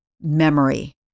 memory